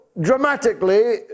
dramatically